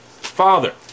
Father